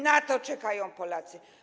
Na to czekają Polacy.